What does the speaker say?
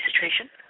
situation